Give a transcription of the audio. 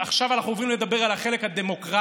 ועכשיו אנחנו עוברים לדבר על החלק הדמוקרטי.